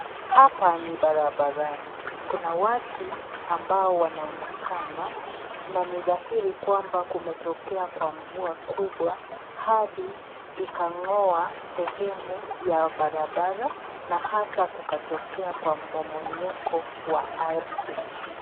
Hapa ni barabarani kuna watu ambao wanaonekana na ni dhahiri kwamba kumetokea kwa mvua kubwa hadi ikang'oa sehemu ya barabara na hata kukatokea kwa mmomonyoko wa ardhi.